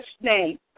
name